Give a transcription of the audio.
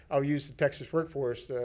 i'll use the texas workforce